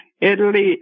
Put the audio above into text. Italy